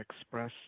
express